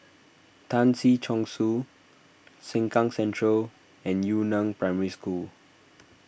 Tan Si Chong Su Sengkang Central and Yu Neng Primary School